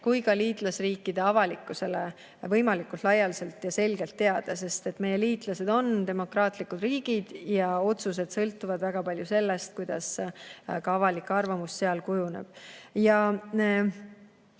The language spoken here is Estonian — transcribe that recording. kui ka liitlasriikide avalikkusele võimalikult laialdaselt ja selgelt teada. Meie liitlased on demokraatlikud riigid ja otsused sõltuvad väga palju sellest, kuidas avalik arvamus seal kujuneb. Et